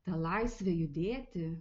ta laisvė judėti